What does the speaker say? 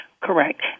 Correct